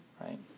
right